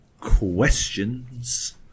questions